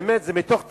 באמת, זה מתוך תסכול.